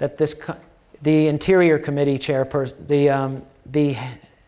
that this cut the interior committee chairperson the the